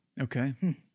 Okay